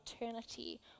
eternity